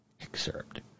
Excerpt